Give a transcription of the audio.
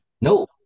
No